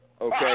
Okay